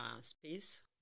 space